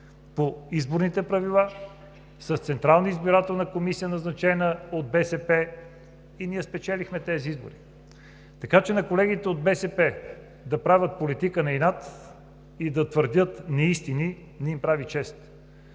по изборните правила, с Централна избирателна комисия, назначена от БСП, и ние спечелихме тези избори. Така че не прави чест на колегите от БСП да правят политика на инат и да твърдят неистини. Защото